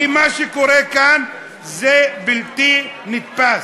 כי מה שקורה כאן זה בלתי נתפס.